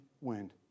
wind